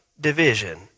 division